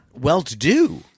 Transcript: well-to-do